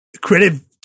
creative